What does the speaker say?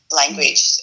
language